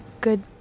good